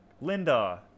Linda